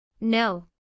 No